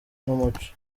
n’umuco